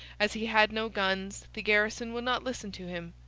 as he had no guns the garrison would not listen to him.